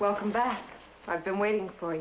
welcome back i've been waiting for